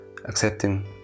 Accepting